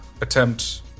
attempt